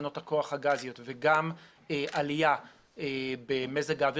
בתחנות הכוח הגזיות וגם עלייה במזג האוויר,